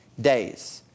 days